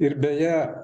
ir beje